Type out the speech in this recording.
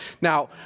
Now